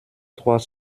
trois